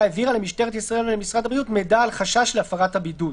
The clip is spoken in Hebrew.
העבירה למשטרת ישראל ולמשרד הבריאות מידע על חשש להפרת הבידוד".